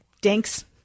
dinks